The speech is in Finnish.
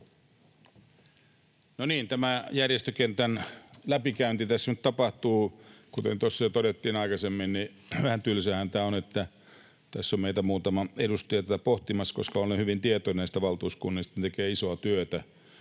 tämä järjestökentän läpikäynti tässä nyt tapahtuu. Kuten tuossa jo todettiin aikaisemmin, niin vähän tylsäähän tämä on, että tässä on meitä muutama edustaja tätä pohtimassa, koska olen hyvin tietoinen, että valtuuskunnat tekevät isoa työtä